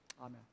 Amen